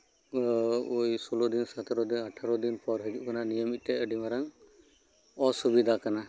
ᱳᱭ ᱥᱳᱞᱞᱳ ᱫᱤᱱ ᱥᱚᱛᱮᱨᱳ ᱫᱤᱱ ᱟᱴᱷᱟᱨᱳ ᱫᱤᱱ ᱯᱚᱨ ᱦᱤᱡᱩᱜ ᱠᱟᱱᱟ ᱱᱤᱭᱟᱹ ᱢᱤᱫᱴᱮᱱ ᱟᱹᱰᱤ ᱢᱟᱨᱟᱝ ᱚᱥᱩᱵᱤᱫᱷᱟ ᱠᱟᱱᱟ